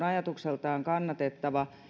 ajatukseltaan kannatettava